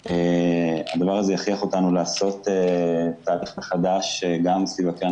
הדבר הזה הכריח אותנו לעשות תהליך מחדש גם סביב הקרן